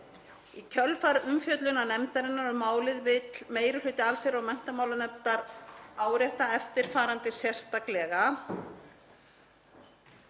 Í kjölfar umfjöllunar nefndarinnar um málið vill meiri hluti allsherjar- og menntamálanefndar árétta eftirfarandi sérstaklega: